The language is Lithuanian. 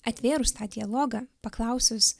atvėrus tą dialogą paklausus